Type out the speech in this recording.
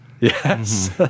yes